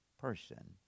person